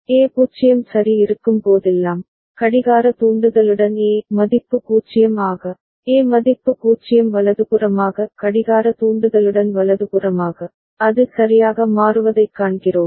A 0 சரி இருக்கும் போதெல்லாம் கடிகார தூண்டுதலுடன் A மதிப்பு 0 ஆக A மதிப்பு 0 வலதுபுறமாக கடிகார தூண்டுதலுடன் வலதுபுறமாக அது சரியாக மாறுவதைக் காண்கிறோம்